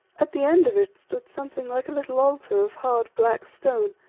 at the end of it stood something like a little altar of hard, black stone,